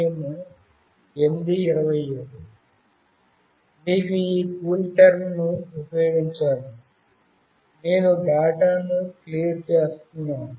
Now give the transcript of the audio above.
మీరు ఈ కూల్టెర్మ్ను ఉపయోగించాలి నేను డేటాను క్లియర్ చేస్తున్నాను